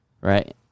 Right